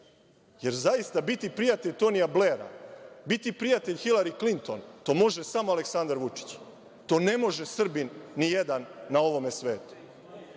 jer zaista, biti prijatelj Tonija Blera, biti prijatelj Hilari Klinton, to može samo Aleksandar Vučić, to ne može Srbin nijedan na ovome svetu. Dakle,